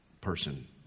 person